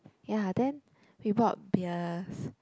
ya then we bought beers